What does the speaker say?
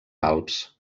alps